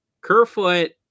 kerfoot